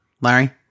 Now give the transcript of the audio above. Larry